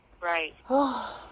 Right